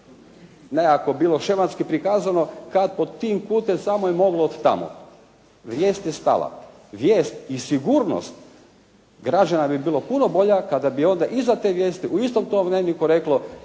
nekako bilo šematski prikazano kad pod tim putem je samo moglo od tamo. Vijest je stala. Vijest i sigurnost građana bi bilo puno bolja kada bi onda iza te vijesti, u istom tom "Dnevniku" reklo